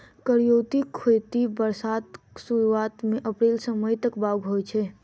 करियौती खेती बरसातक सुरुआत मे अप्रैल सँ मई तक बाउग होइ छै